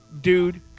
Dude